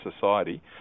society